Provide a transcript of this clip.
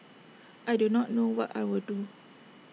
I do not know what I will do